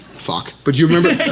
fuck, but do you remember?